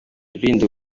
rulindo